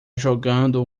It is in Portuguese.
jogando